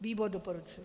Výbor doporučuje.